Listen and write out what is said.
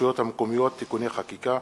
ברשויות המקומיות (תיקוני חקיקה),